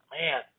man